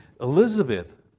Elizabeth